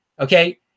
okay